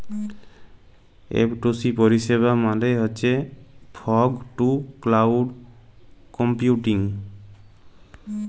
F two C পরিষেবা মালে হছ ফগ টু ক্লাউড কম্পিউটিং